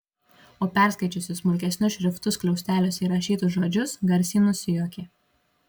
o perskaičiusi smulkesniu šriftu skliausteliuose įrašytus žodžius garsiai nusijuokė